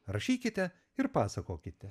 rašykite ir pasakokite